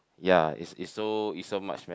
ya is is so is so much man